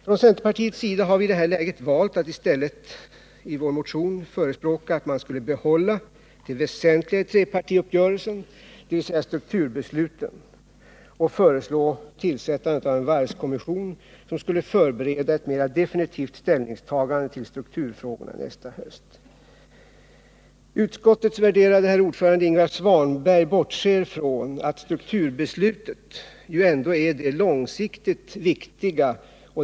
Inom centerpartiet har vi valt att i stället i vår motion förespråka att det väsentliga i trepartiuppgörelsen skulle behållas, dvs. strukturbesluten, och föreslå tillsättandet av en varvskommission som skulle förbereda ett mera definitivt ställningstagande till strukturfrågorna nästa höst. Utskottets värderade ordförande herr Ingvar Svanberg bortser från att strukturbeslutet ju ändå är det långsiktigt viktiga.